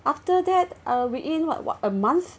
after that uh we in what what a month